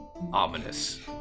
Ominous